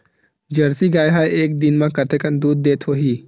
Jersey गाय ह एक दिन म कतेकन दूध देत होही?